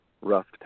rough